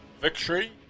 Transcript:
victory